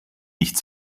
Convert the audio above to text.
nicht